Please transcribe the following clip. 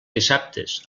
dissabtes